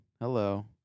Hello